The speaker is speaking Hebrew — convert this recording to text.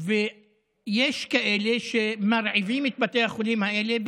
ויש כאלה שמרעיבים את בתי החולים האלה,